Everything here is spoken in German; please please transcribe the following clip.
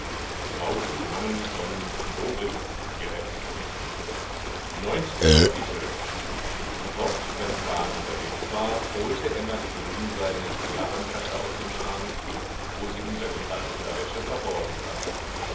neuntes kapitel oft wenn karl unterwegs war holte emma die grünseidene zigarrentasche aus dem schrank wo sie unter gefalteter wäsche verborgen lag